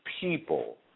people